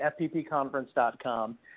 fppconference.com